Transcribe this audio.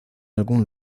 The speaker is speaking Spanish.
algún